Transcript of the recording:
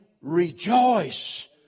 rejoice